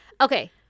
Okay